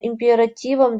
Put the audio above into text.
императивом